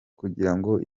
kugirango